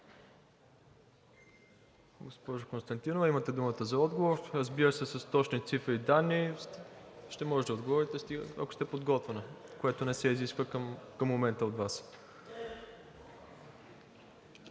Госпожо Константинова, имате думата за отговор. Разбира се, с точни цифри и данни ще може да отговорите, ако сте подготвена, което не се изисква към момента от Вас.